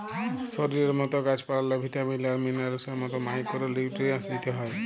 শরীরের মত গাহাচ পালাল্লে ভিটামিল আর মিলারেলস এর মত মাইকোরো নিউটিরিএন্টস দিতে হ্যয়